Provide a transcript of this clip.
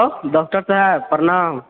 doctor साहब प्रणाम